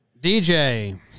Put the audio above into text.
DJ